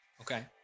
okay